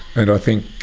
and i think